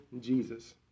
Jesus